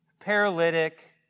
paralytic